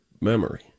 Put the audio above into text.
memory